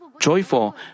joyful